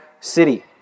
city